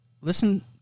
listen